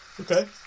okay